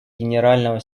генерального